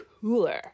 cooler